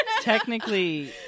Technically